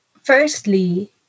Firstly